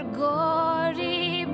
gory